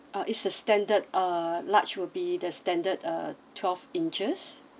uh it's a standard uh large will be the standard uh twelve inches